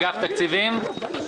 רשויות פיקוח,